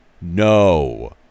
No